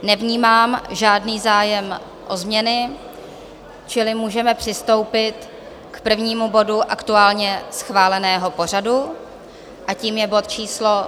Nevnímám žádný zájem o změny, čili můžeme přistoupit k prvnímu bodu aktuálně schváleného pořadu, a tím je bod číslo...